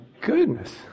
goodness